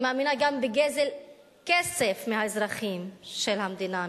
היא מאמינה גם בגזל כסף מהאזרחים של המדינה,